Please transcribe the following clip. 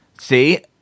See